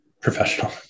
professional